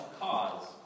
cause